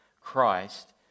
Christ